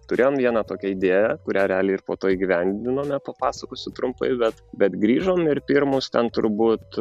turėjom vieną tokią idėją kurią realiai ir po to įgyvendinome papasakosiu trumpai bet bet grįžom ir pirmus ten turbūt